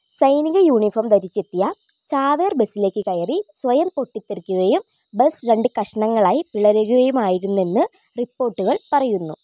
സൈനിക യൂണിഫോം ധരിച്ചെത്തിയ ചാവേർ ബസിലേക്ക് കയറി സ്വയം പൊട്ടിത്തെറിക്കുകയും ബസ്സ് രണ്ട് കഷണങ്ങളായി പിളരുകയുമായിരുന്നെന്ന് റിപ്പോർട്ട് പറയുന്നു